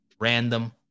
random